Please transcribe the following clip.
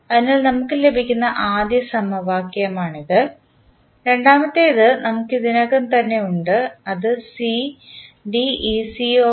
അതിനാൽ നമുക്ക് ലഭിക്കുന്ന ആദ്യ സമവാക്യമാണിത് രണ്ടാമത്തേത് നമുക്ക് ഇതിനകം തന്നെ ഉണ്ട് അത് ആണ്